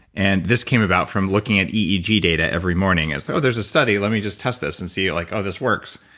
and this came about from looking at eeg data every morning. and so oh, there's a study. let me just test this and see like. oh, this works.